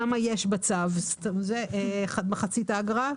שם בצו יש מחצית האגרה.